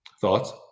Thoughts